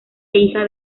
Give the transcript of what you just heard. hija